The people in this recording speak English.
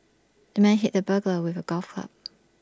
the man hit the burglar with A golf club